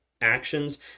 actions